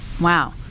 Wow